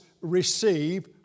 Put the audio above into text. receive